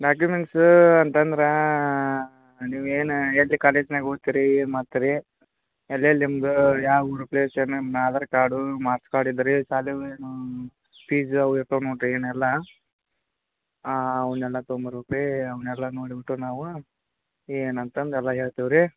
documents ಅಂತಂದ್ರೆ ನೀವು ಏನು ಎಲ್ಲಿ ಕಾಲೇಜ್ನಾಗೆ ಓದುತ್ತೀರಿ ಏನು ಮಾಡ್ತೀರಿ ಎಲ್ಲಿ ನಿಮ್ಮದು ಯಾವ ಊರು ಪ್ಲೇಸ್ ಏನು ನಿಮ್ಮ ಆಧಾರ್ ಕಾರ್ಡು ಮಾರ್ಸ್ ಕಾರ್ಡ್ ಇದ್ರೆರೀ ಶಾಲೆಗೆ ಏನು ಪೀಸು ಅವು ಇರ್ತವೆ ನೋಡಿರಿ ಏನೆಲ್ಲ ಆಂ ಅವನ್ನೆಲ್ಲ ತೊಗೊಂಬರ್ಬೇಕ್ ರೀ ಅವನ್ನೆಲ್ಲ ನೋಡಿಬಿಟ್ಟು ನಾವು ಏನು ಅಂತಂದು ಎಲ್ಲ ಹೇಳ್ತೀವ್ ರೀ